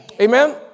Amen